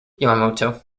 yamamoto